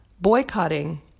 Boycotting